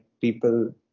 people